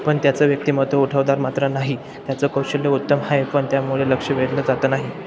पण त्याचं व्यक्तिमत्व उठावदार मात्र नाही त्याचं कौशल्य उत्तम आहे पण त्यामुळे लक्ष वेधलं जात नाही